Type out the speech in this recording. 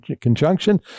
conjunction